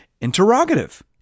interrogative